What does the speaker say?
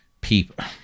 people